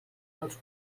dels